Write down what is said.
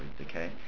okay